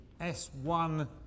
S1